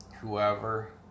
whoever